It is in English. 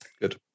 Good